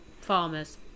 farmers